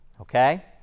okay